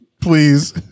Please